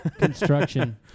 Construction